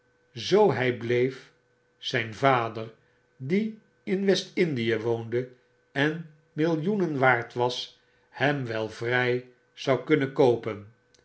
zoo hij bleef zijn vader die in westindie woonde en millioenen waard was hem wel vrij zou kunnen koopen